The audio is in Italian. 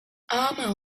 ama